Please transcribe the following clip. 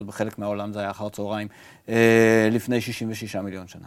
בחלק מהעולם זה היה אחר צהריים, לפני 66 מיליון שנה.